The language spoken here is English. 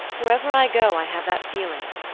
wherever i go i have that feeling.